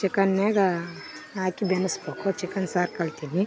ಚಿಕನ್ಯಾಗ ಹಾಕಿ ಬೆನ್ಸಬೇಕು ಚಿಕನ್ ಸಾರು ಕಲ್ತಿನಿ